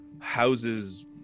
houses